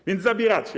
A więc zabieracie.